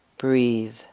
Breathe